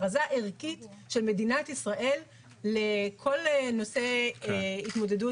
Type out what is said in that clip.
הכרזה ערכית של מדינת ישראל לכל נושא התמודדות